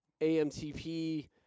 AMTP